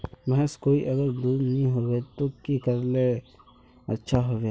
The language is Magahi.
भैंस कोई अगर दूध नि होबे तो की करले ले अच्छा होवे?